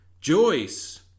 Joyce